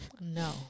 No